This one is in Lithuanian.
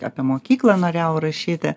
apie mokyklą norėjau rašyti